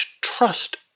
trust